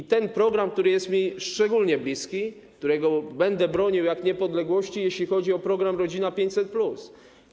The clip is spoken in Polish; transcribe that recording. To też program, który jest mi szczególnie bliski, którego będę bronił jak niepodległości, chodzi o program „Rodzina 500+”